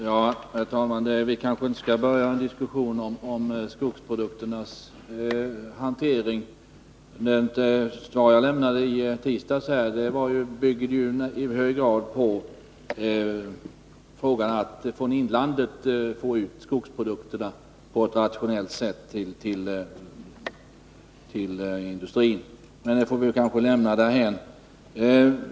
Herr talman! Vi skall kanske inte börja en diskussion om skogsprodukternas hantering. Det svar som jag lämnade i tisdags byggde i hög grad på behovet av att från inlandet på ett rationellt sätt få ut skogsprodukterna till industrin. Men det får vi kanske lämna därhän.